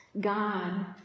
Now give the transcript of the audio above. God